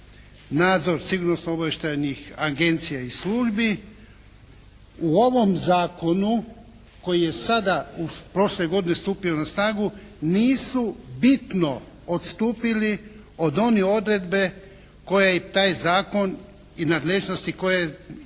nadzor sigurnosno-obavještajnih agencija i službi u ovom Zakonu koji je sada u prošloj godini stupio na snagu nisu bitno odstupili od one odredbe koje je taj Zakon i nadležnosti koje su